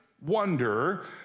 wonder